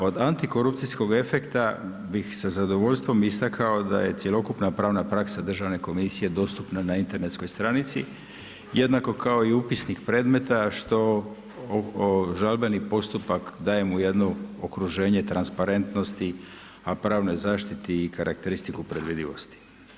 Od antikorupcijskog efekta bih sa zadovoljstvom istakao da je cjelokupna pravna praksa Državne komisije dostupna na internetskoj stranici jednako kao i upisnik predmeta što žalbeni postupak daje mu jedno okruženje transparentnosti, pravnoj zaštiti i karakteristiku predvidivosti.